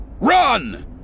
Run